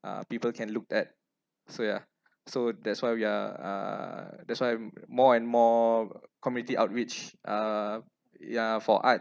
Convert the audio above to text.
uh people can looked at so ya so that's why we are uh that's why mm more and more uh community outreach uh yeah for art